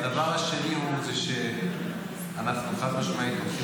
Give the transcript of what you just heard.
והדבר השני הוא שאנחנו חד-משמעית הולכים